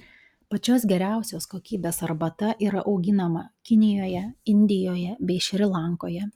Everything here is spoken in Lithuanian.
pačios geriausios kokybės arbata yra auginama kinijoje indijoje bei šri lankoje